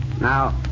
Now